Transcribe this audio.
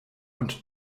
und